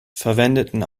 verwendeten